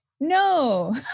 no